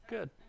Good